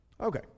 Okay